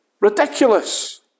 ridiculous